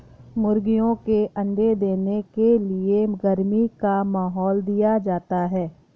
मुर्गियों के अंडे देने के लिए गर्मी का माहौल दिया जाता है